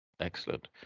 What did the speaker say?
Excellent